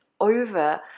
over